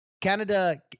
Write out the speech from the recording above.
Canada